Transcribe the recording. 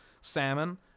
salmon